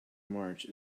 march